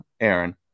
Aaron